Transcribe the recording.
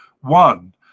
one